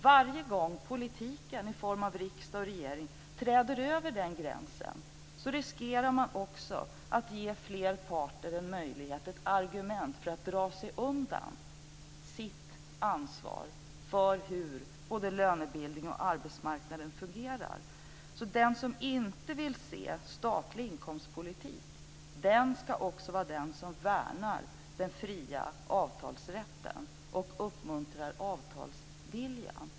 Varje gång politiken i form av riksdag och regering träder över den gränsen riskerar man också att ge fler parter en möjlighet och ett argument för att dra sig undan sitt ansvar för hur lönebildningen och arbetsmarknaden fungerar. Den som inte vill se statlig inkomstpolitik ska också värna den fria avtalsrätten och uppmuntra avtalsviljan.